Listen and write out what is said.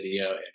video